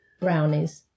brownies